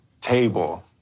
table